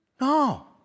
No